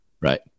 right